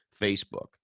Facebook